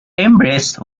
embrace